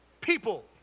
people